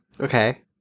Okay